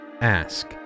Ask